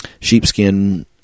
Sheepskin